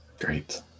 Great